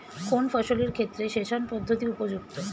কোন ফসলের ক্ষেত্রে সেচন পদ্ধতি উপযুক্ত?